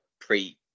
pre